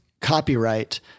copyright